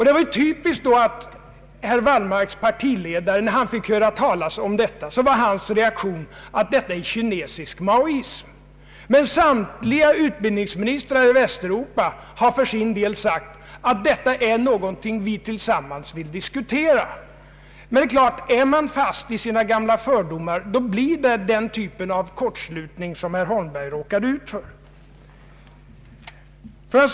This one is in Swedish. Det var en typisk reaktion att herr Wallmarks partiledare, när han fick höra detta, sade att detta är kinesisk maoism. Samtliga utbildningsministrar i Västeuropa har i alla fall förklarat att detta är någonting som vi bör diskutera tillsammans, Men det är klart att om man är fast i sina gamla fördomar, så uppkommer denna typ av kortslutning som herr Holmberg råkade ut för.